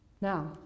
Now